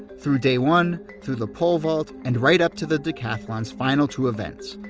through day one, through the pole vault, and right up to the decathlon's final two events,